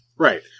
Right